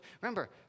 remember